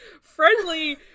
friendly